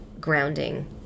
grounding